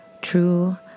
true